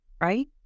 right